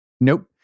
Nope